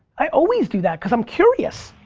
i always do that cause i'm curious.